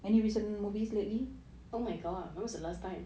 oh my god when was the last time